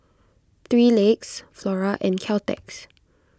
three Legs Flora and Caltex